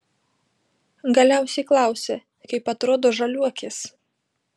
galiausiai klausia kaip atrodo žaliuokės